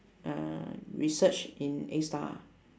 uh research in A-star